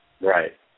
Right